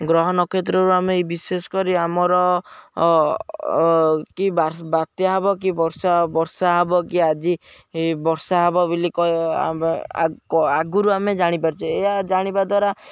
ଗ୍ରହ ନକ୍ଷତ୍ରରୁ ଆମେ ବିଶେଷ କରି ଆମର କି ବାତ୍ୟା ହବ କି ବର୍ଷା ବର୍ଷା ହବ କି ଆଜି ବର୍ଷା ହବ ବୋଲି ଆଗରୁ ଆମେ ଜାଣିପାରୁଛେ ଏହା ଜାଣିବା ଦ୍ୱାରା